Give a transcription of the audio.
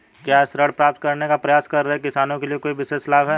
क्या ऋण प्राप्त करने का प्रयास कर रहे किसानों के लिए कोई विशेष लाभ हैं?